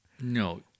No